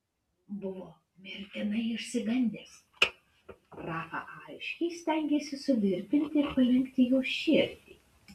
buvo mirtinai išsigandęs rafa aiškiai stengėsi suvirpinti ir palenkti jos širdį